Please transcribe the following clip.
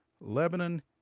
Lebanon